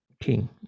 King